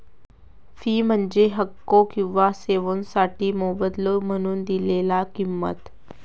fee म्हणजे हक्को किंवा सेवोंसाठी मोबदलो म्हणून दिलेला किंमत